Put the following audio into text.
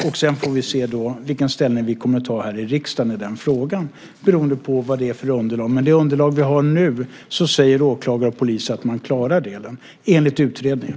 Sedan får vi se hur vi tar ställning här i riksdagen i den frågan, beroende på vad det är för underlag. Med det underlag vi har nu säger åklagare och polis att man klarar den delen, enligt utredningen.